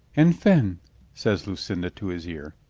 enfin says lucinda to his ear.